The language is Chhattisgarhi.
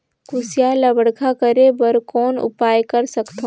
कुसियार ल बड़खा करे बर कौन उपाय कर सकथव?